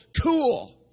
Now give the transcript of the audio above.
cool